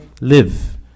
live